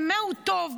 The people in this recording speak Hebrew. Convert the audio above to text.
למה הוא טוב?